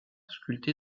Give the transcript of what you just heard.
sculptés